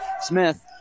Smith